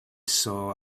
saw